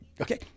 okay